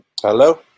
Hello